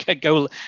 Go